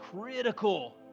critical